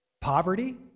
Poverty